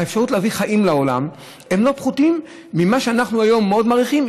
האפשרות להביא חיים לעולם היא לא פחותה ממה שאנחנו היום מאוד מעריכים,